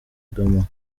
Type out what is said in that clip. ngoma